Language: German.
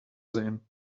sehen